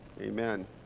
Amen